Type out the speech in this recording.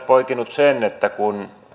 poikinut myös sen että kun